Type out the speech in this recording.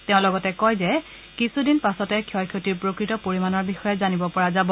তেওঁ লগতে কয় যে কিছুদিন পাছতে ক্ষয়ক্ষতিৰ প্ৰকৃত পৰিমাণৰ বিষয়ে জানিব পৰা যাব